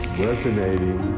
resonating